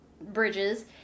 bridges